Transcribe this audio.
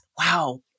wow